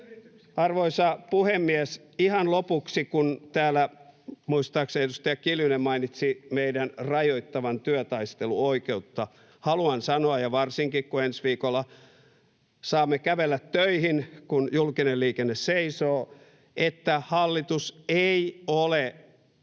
Arvoisa puhemies! Ihan lopuksi, kun täällä muistaakseni edustaja Kiljunen mainitsi meidän rajoittavan työtaisteluoikeutta, haluan sanoa — ja varsinkin kun ensi viikolla saamme kävellä töihin, kun julkinen liikenne seisoo — että hallitus ei ole